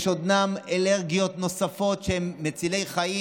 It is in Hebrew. יש עוד אלרגיות, נוספות, וזה מציל חיים.